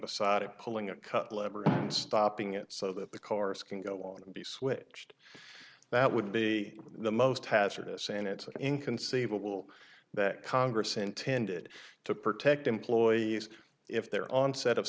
beside it pulling a cut lever and stopping it so that the cars can go on and be switched that would be the most hazardous and it's inconceivable that congress intended to protect employees if their onset of